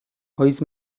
oiz